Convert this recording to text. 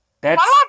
That's-